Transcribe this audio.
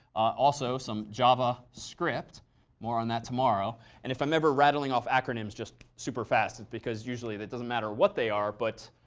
also some javascript. more on that tomorrow. and if i'm ever rattling off acronyms just super fast, it's because usually that doesn't matter what they are, but